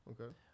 Okay